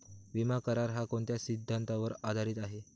विमा करार, हा कोणत्या सिद्धांतावर आधारीत आहे?